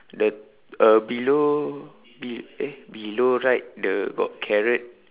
the uh below be~ eh below right the got carrot